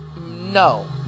No